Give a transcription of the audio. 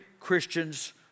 Christian's